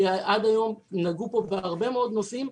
עד היום נגעו כבר בהרבה מאוד נושאים,